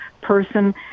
person